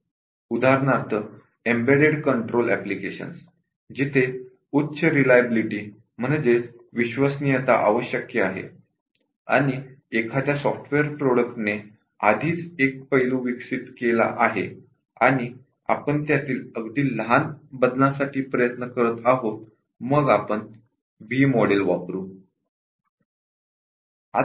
उदाहरणार्थ embedded control applications जिथे उच्च रिलायबिलिटी आवश्यक आहे आणि एखाद्या सॉफ्टवेअर प्रॉडक्ट ने आधीच एक पैलू डेव्हलप केला आहे आणि आपण त्यातील अगदी लहान बदलांसाठी प्रयत्न करीत आहोत मग आपण व्ही मॉडेल वापरू